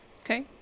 Okay